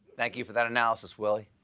thank you for that analysis, willy.